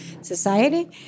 society